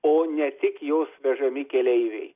o ne tik jos vežami keleiviai